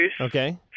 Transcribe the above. Okay